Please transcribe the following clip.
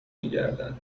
میگردد